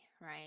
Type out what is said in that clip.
right